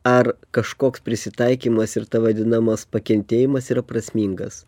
ar kažkoks prisitaikymas ir ta vadinamas pakentėjimas yra prasmingas